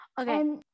Okay